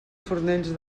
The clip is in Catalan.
fornells